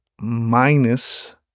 minus